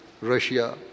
Russia